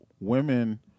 women